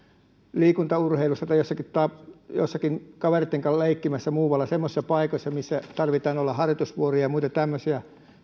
liikuntaurheilussa tai jossakin muualla kavereitten kanssa leikkimässä semmoisissa paikoissa missä täytyy olla harjoitusvuoroja ja muita tämmöisiä